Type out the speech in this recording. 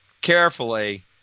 carefully